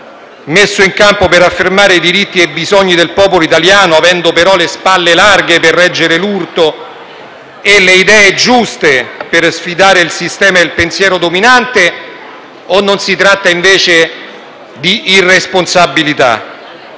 messo in campo per affermare i diritti e bisogni del popolo italiano, avendo però le spalle larghe per reggere l'urto e le idee giuste per sfidare il sistema e il pensiero dominante, o si tratta, invece, di irresponsabilità?